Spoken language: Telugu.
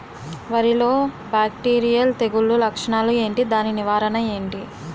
వరి లో బ్యాక్టీరియల్ తెగులు లక్షణాలు ఏంటి? దాని నివారణ ఏంటి?